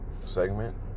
segment